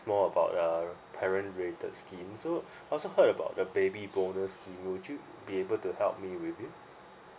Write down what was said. more about err parent related scheme so also heard about the baby bonus would you be able to help me with it